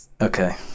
okay